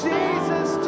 Jesus